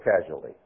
casualty